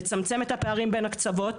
לצמצם את הפערים בין הקצוות,